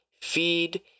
feed